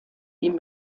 ihm